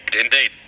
indeed